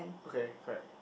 okay correct